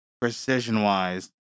precision-wise